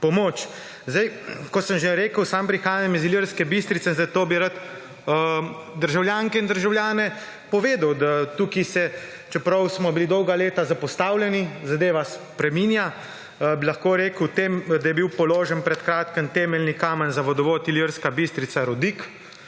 pomoč. Kot sem že rekel sam prihajam iz Ilirske Bistrice, zato bi rad državljankam in državljanom povedal, da tukaj se, čeprav smo bili dolga leta zapostavljeni, zadeva spreminja. Bi lahko rekel, da je bil položen pred kratkim temeljni kamen za vodovod Ilirska Bistrica–Rodik.